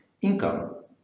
income